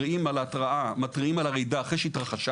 אנחנו מתריעים על הרעידה אחרי שהתרחשה.